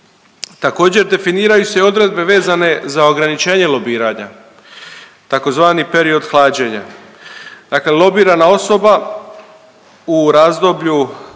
Također, definiraju se odredbe vezane za ograničenje lobiranja, tzv. period hlađenja, dakle lobirana osoba u razdoblju